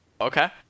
okay